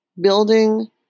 building